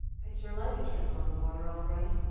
i'd sure like a trip on the water, all right.